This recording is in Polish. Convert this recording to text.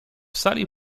sali